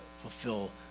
fulfill